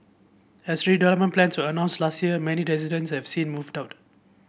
as redevelopment plans were announced last year many residents have since moved out